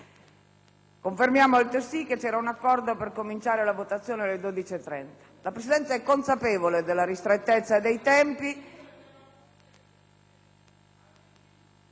conferma altresì che c'era un accordo per cominciare le dichiarazioni di voto alle 12,30. La Presidenza è consapevole della ristrettezza dei tempi.